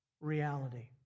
reality